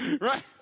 Right